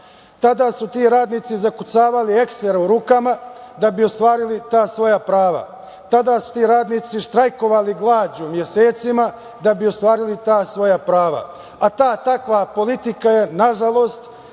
Tada su ti radnici zakucavali eksere u rukama, da bi ostvarili ta svoja prava. Tada su ti radnici štrajkovali glađu mesecima, da bi ostvarili ta svoja prava. Ta i takva politika je, nažalost,